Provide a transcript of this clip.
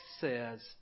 says